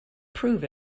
prove